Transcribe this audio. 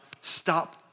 stop